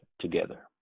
together